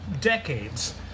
decades